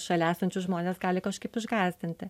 šalia esančius žmones gali kažkaip išgąsdinti